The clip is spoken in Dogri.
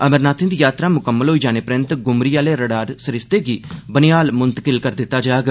अमरनाथें दी यात्रा मुकम्मल होई जाने परैन्त गुमरी आह्ले रडार सरिस्ते गी बनिहाल मुंतकिल करी दित्ता जाग